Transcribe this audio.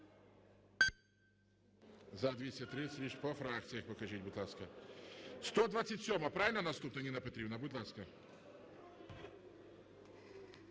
За-230 Рішення... По фракціях покажіть, будь ласка. 127-а, правильно, наступна, Ніна Петрівна? Будь ласка.